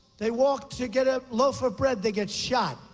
they walk to get a loaf of bread, they get shot.